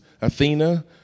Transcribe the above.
Athena